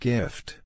Gift